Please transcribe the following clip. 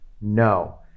No